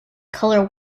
color